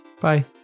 Bye